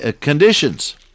conditions